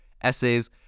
essays